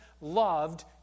loved